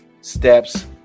steps